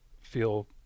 feel